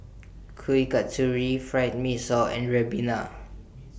Kuih Kasturi Fried Mee Sua and Ribena